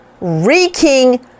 Reeking